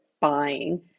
buying